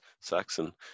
Saxon